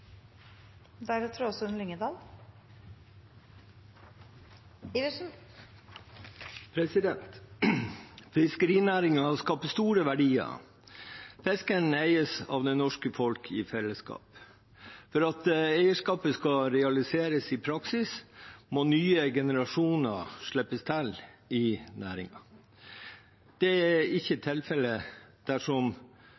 skaper store verdier. Fisken eies av det norske folk i fellesskap. For at eierskapet skal realiseres i praksis, må nye generasjoner slippe til i næringen. Det er ikke